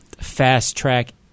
fast-track